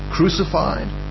Crucified